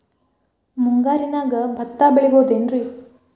ಮುಂಗಾರಿನ್ಯಾಗ ಭತ್ತ ಬೆಳಿಬೊದೇನ್ರೇ?